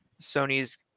Sony's